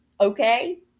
Okay